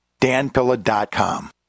danpilla.com